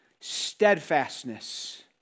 steadfastness